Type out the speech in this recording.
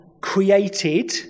created